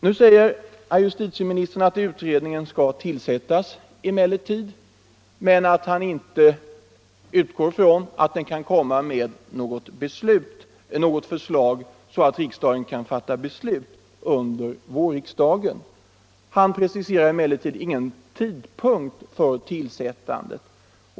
Nu säger justitieministern att utredningen skall tillsättas, men att han utgår från att den inte kan komma med något förslag inom sådan tidrymd att riksdagen kan fatta beslut under våren. Han preciserar emellertid ingen tidpunkt för tillsättandet.